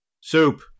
Soup